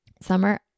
summer